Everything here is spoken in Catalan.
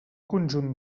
conjunt